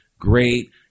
great